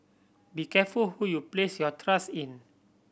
be careful who you place your trust in